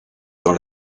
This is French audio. dans